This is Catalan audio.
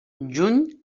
juny